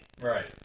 Right